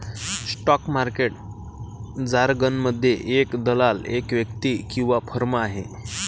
stock market जारगनमध्ये, एक दलाल एक व्यक्ती किंवा फर्म आहे